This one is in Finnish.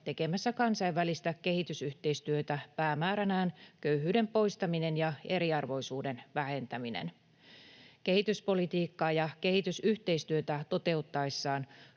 tekemässä kansainvälistä kehitysyhteistyötä päämääränään köyhyyden poistaminen ja eriarvoisuuden vähentäminen. Kehityspolitiikkaa ja kehitysyhteistyötä toteuttaessaan